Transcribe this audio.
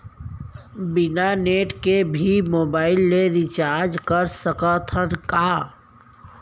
बिना नेट के भी मोबाइल ले रिचार्ज कर सकत हन का?